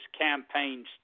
campaign's